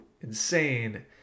insane